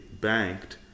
banked